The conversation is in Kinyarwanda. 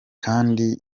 kandi